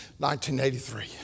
1983